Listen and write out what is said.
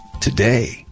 today